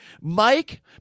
Mike